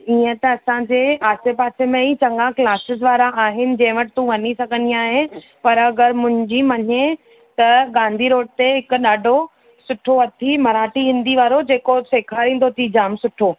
ईअं त असांजे आसे पासे में ई चङा क्लासेस वारा आहिनि जे वटि तूं वञी सघंदी आहीं पर अगरि मुंहिंजी मञी त गांधी रोड ते हिकु ॾाढो सुठो अथई मराठी हिंदी वारो जेको सेखारींदो अथई जाम सुठो